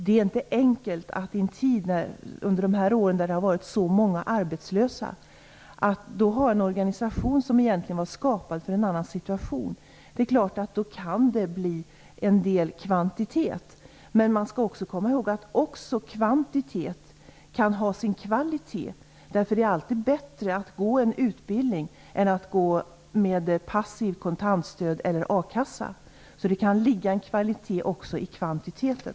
Det är inte enkelt att under en tid då det har varit så många arbetslösa ha en organisation som egentligen var skapad för en annan situation. Då är det klart att det kan bli fråga om en del kvantitet. Men man skall också komma ihåg att även kvantitet kan ha sin kvalitet, och det är alltid bättre att gå en utbildning än att gå passiv med kontantstöd eller a-kassa. Det kan ligga en kvalitet också i kvantiteten.